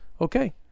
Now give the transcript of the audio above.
okay